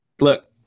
look